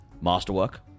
Masterwork